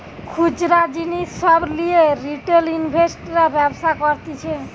খুচরা জিনিস সব লিয়ে রিটেল ইনভেস্টর্সরা ব্যবসা করতিছে